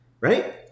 right